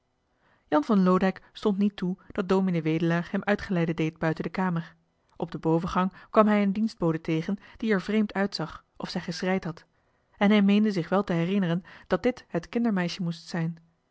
jan van loodijck stond niet toe dat ds wedelaar hem uitgeleide deed buiten de kamer op de bovengang kwam hij een dienstbode tegen die er vreemd uitzag of zij geschreid had en hij meende zich wel te herinneren dat dit het kindermeisje moest zijn